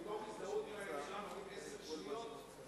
מתוך הזדהות עם הממשלה נוריד עשר שניות, בתור מס.